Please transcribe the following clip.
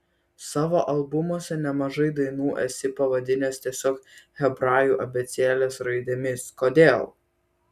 savo albumuose nemažai dainų esi pavadinęs tiesiog hebrajų abėcėlės raidėmis kodėl